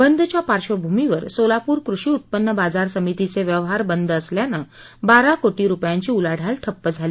बंदच्या पार्क्षभूमीवर सोलापूर कृषी उत्पन्न बाजार समितीचे व्यवहार बंद असल्यानं बारा कोशी रुपयांची उलाढाल ठप्प झाली